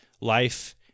life